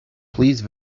please